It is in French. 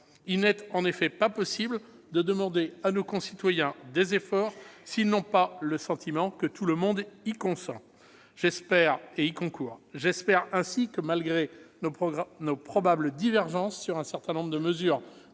Il n'est en effet pas possible de demander à nos concitoyens des efforts s'ils n'ont pas le sentiment que tout le monde y consent et y concourt. J'espère ainsi que, malgré nos probables divergences sur un certain nombre de mesures